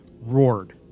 roared